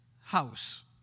house